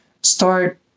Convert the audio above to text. start